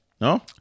No